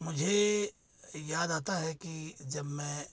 मुझे याद आता है कि जब मैं